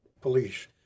police